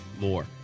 more